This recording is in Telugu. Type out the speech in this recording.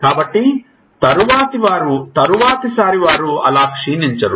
కాబట్టి తరువాతిసారి వారు ఆలా క్షీణించరు